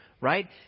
right